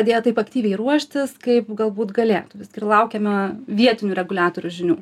pradėję taip aktyviai ruoštis kaip galbūt galėtų ir laukiame vietinių reguliatorių žinių